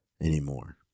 anymore